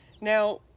now